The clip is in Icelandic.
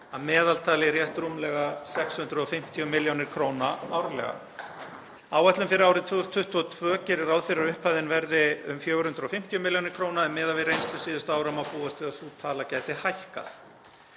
að meðaltali rétt rúmlega 650 millj. kr. árlega. Áætlun fyrir árið 2022 gerir ráð fyrir að upphæðin verði um 450 millj. kr. en miðað við reynslu síðustu ára má búast við að sú tala geti hækkað.